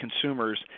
consumers